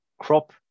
crop